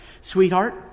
Sweetheart